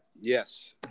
Yes